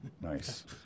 Nice